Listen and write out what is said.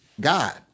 God